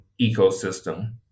ecosystem